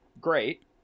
great